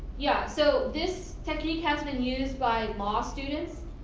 yeah so this technique has been used by law students